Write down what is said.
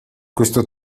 questo